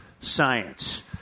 Science